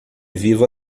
viva